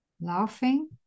laughing